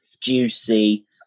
juicy